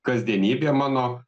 kasdienybė mano